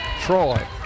Troy